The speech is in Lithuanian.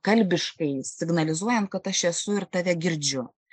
kalbiškai signalizuojam kad aš esu ir tave girdžiu